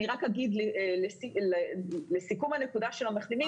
אני רק אומר לסיכום הנקודה של המחלימים